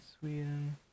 Sweden